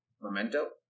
Memento